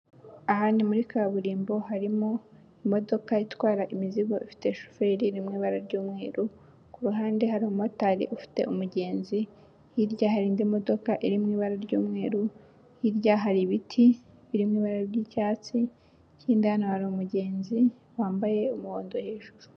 Ahandi muri kaburimbo harimo imodoka itwara imizigo ifite shoferi irimo ibara ry'umweru, ku ruhande hari umumotari ufite umugenzi, hirya hari indi modoka irimo ibara ry'umweru hirya hari ibiti birimo ibara ry'icyatsi ikindi hano hari umugenzi wambaye umuhondo hejuru.